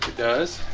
does